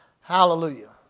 Hallelujah